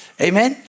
Amen